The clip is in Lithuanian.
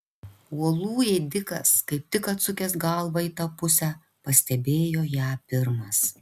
uolų ėdikas kaip tik atsukęs galvą į tą pusę pastebėjo ją pirmas